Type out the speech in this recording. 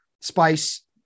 spice